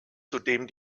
zudem